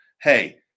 hey